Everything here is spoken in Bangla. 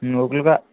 হুম ওগুলোকে